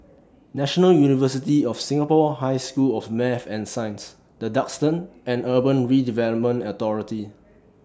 National University of Singapore High School of Math and Science The Duxton and Urban Redevelopment Authority